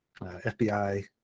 FBI